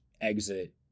exit